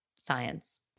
science